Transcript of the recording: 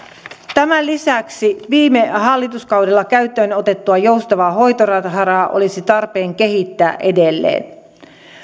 tämän lisäksi viime hallituskaudella käyttöön otettua joustavaa hoitorahaa olisi tarpeen kehittää edelleen